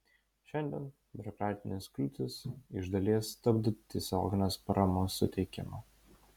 šiandien biurokratinės kliūtys iš dalies stabdo tiesioginės paramos suteikimą